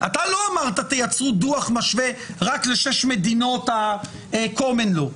אתה לא אמרת תייצרו דוח משווה רק לשש מדינות ה-קומן לאו.